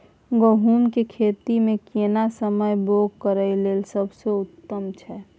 गहूम के खेती मे केना समय बौग करय लेल सबसे उत्तम छै?